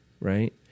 right